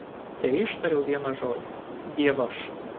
teištariau vieną žodį dievaž